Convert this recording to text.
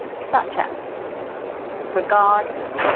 such as regards,